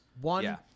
One